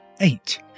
eight